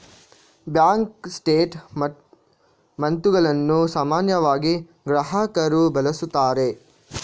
bank ಸ್ಟೇಟ್ ಮೆಂಟುಗಳನ್ನು ಸಾಮಾನ್ಯವಾಗಿ ಗ್ರಾಹಕರು ಬಳಸುತ್ತಾರೆ